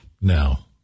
Now